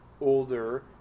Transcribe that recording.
older